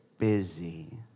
Busy